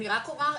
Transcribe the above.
אני רק אומר,